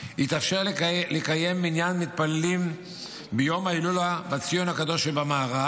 יתאפשר לקיים מניין מתפללים ביום ההילולה בציון הקדוש שבמערה,